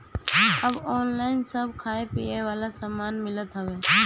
अब ऑनलाइन सब खाए पिए वाला सामान मिलत हवे